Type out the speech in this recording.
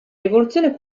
rivoluzione